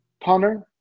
punter